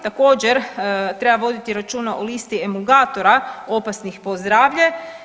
Također treba voditi računa o listi emulgatora opasnih po zdravlje.